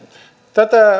tätä